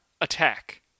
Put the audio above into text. attack